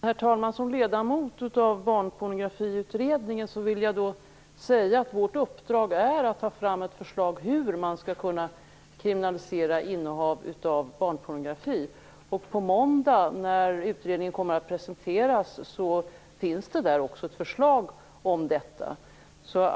Herr talman! Som ledamot av Barnpornografiutredningen vill jag säga att vårt uppdrag är att ta fram ett förslag till hur man skall kunna kriminalisera innehav av barnpornografi. På måndag kommer utredningens betänkande att presenteras. Där finns det ett förslag om detta.